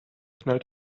knallt